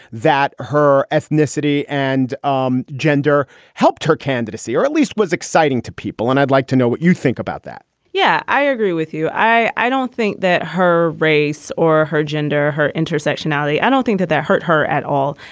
that her ethnicity and um gender helped her candidacy or at least was exciting to people. and i'd like to know what you think about that yeah, i agree with you. i i don't think that her race or her gender, her intersectionality, i don't think that that hurt her at all.